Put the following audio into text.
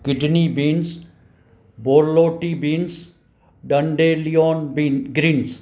kidney beans borlotti beans dandelion bean greens